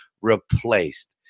replaced